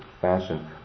fashion